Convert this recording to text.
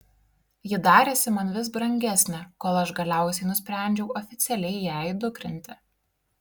ji darėsi man vis brangesnė kol aš galiausiai nusprendžiau oficialiai ją įdukrinti